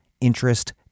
interest